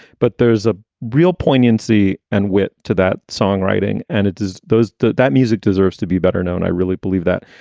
but there's a real poignancy and wit to that songwriting. and it is those that that music deserves to be better known. i really believe that.